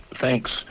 thanks